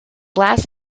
last